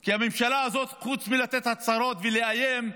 כי הממשלה הזאת, חוץ מלתת הצהרות ולאיים,